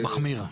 מחמיר.